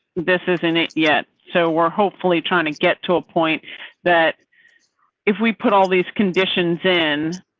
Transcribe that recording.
this isn't it yet so we're hopefully trying to get to a point that if we put all these conditions in.